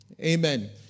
Amen